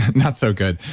not so good.